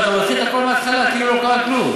לא, אתה מתחיל את הכול מהתחלה, כאילו לא קרה כלום.